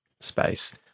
space